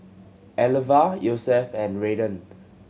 Elva Yosef and Raiden